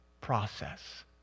process